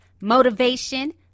motivation